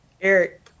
Eric